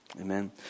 Amen